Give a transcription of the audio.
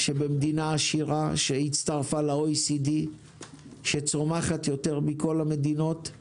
שבמדינה עשירה שהצטרפה ל-OECD וצומחת יותר מכל המדינות לא